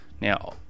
Now